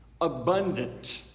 Abundant